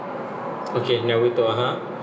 okay Naruto (uh huh)